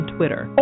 Twitter